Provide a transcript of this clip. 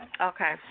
Okay